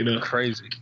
crazy